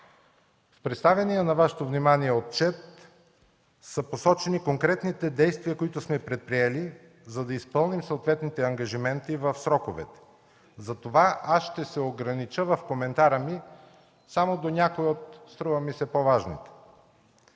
В представения на Вашето внимание отчет са посочени конкретните действия, които сме предприели, за да изпълним съответните ангажименти в сроковете. Затова аз ще се огранича в коментара ми само до някои от, струва ми се, по-важните.